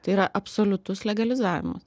tai yra absoliutus legalizavimas